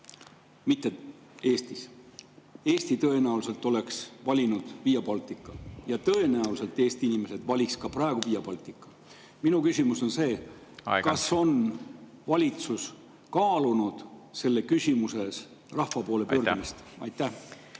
mitte Eestis. Eesti tõenäoliselt oleks valinud Via Baltica ja tõenäoliselt Eesti inimesed valiks ka praegu Via Baltica. Aeg, Ants! Minu küsimus on see: kas on valitsus kaalunud selles küsimuses rahva poole pöördumist? Aitäh!